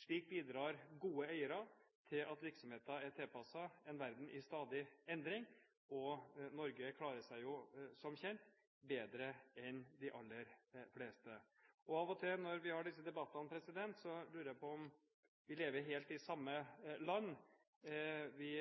Slik bidrar gode eiere til at virksomheten er tilpasset en verden i stadig endring, og Norge klarer seg jo – som kjent – bedre enn de aller fleste. Av og til, når vi har disse debattene, lurer jeg på om vi lever helt i det samme landet. Vi